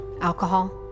Alcohol